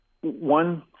One